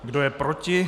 Kdo je proti?